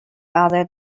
other